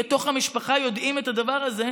שבתוך המשפחה יודעים את הדבר הזה,